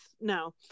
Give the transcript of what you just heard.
no